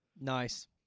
Nice